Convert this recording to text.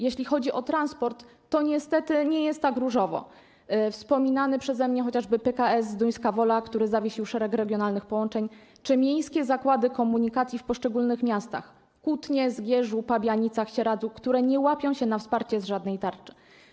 Jeśli chodzi o transport, to niestety nie jest tak różowo, chodzi chociażby o wspominany przeze mnie PKS Zduńska Wola, który zawiesił szereg regionalnych połączeń, czy miejskie zakłady komunikacji w poszczególnych miastach: Kutnie, Zgierzu, Pabianicach, Sieradzu, które nie łapią się na wsparcie z żadnej tarczy.